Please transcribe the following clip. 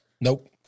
Nope